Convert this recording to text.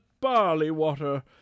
barley-water